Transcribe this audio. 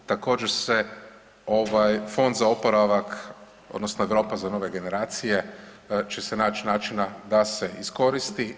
Također se ovaj Fond za oporavak odnosno Europa za Nove generacije će se nać načina da se iskoristi.